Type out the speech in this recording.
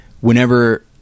whenever